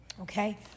okay